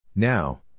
Now